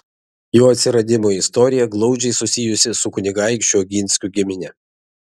jo atsiradimo istorija glaudžiai susijusi su kunigaikščių oginskių gimine